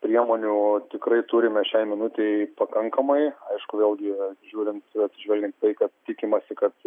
priemonių tikrai turime šiai minutei pakankamai aišku vėlgi žiūrint atsižvelgiant tai kad tikimasi kad